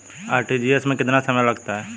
RTGS में कितना समय लगता है?